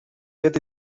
yet